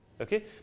okay